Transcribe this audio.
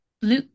blue